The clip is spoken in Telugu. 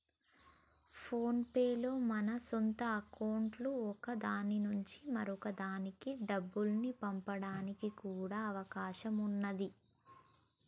ఫోన్ పే లో మన సొంత అకౌంట్లలో ఒక దాని నుంచి మరొక దానికి డబ్బుల్ని పంపడానికి కూడా అవకాశం ఉన్నాది